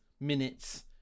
Minutes